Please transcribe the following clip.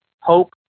hope